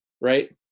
right